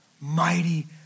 mighty